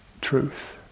truth